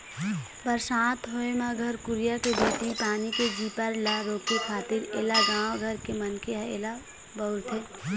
बरसात होय म घर कुरिया के भीतरी पानी के झिपार ल रोके खातिर ऐला गाँव घर के मनखे ह ऐला बउरथे